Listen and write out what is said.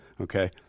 okay